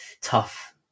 tough